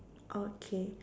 okay